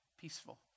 peaceful